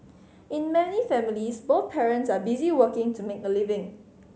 in many families both parents are busy working to make a living